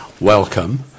welcome